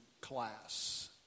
class